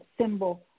symbol